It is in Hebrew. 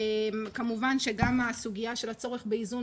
כמובן שגם הסוגיה של הצורך באיזון,